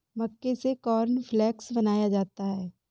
मक्के से कॉर्नफ़्लेक्स बनाया जाता है